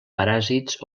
paràsits